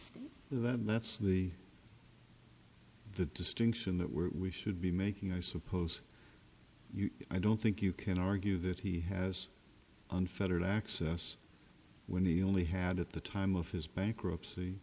that's the distinction that we're we should be making i suppose you i don't think you can argue that he has unfettered access when he only had at the time of his bankruptcy